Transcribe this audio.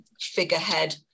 figurehead